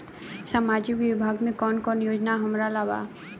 सामाजिक विभाग मे कौन कौन योजना हमरा ला बा?